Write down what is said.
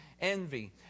envy